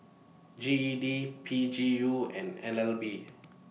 G E D P G U and N L B